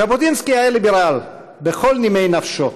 ז'בוטינסקי היה ליברל בכל נימי נפשו.